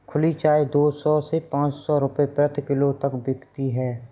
खुली चाय दो सौ से पांच सौ रूपये प्रति किलो तक बिकती है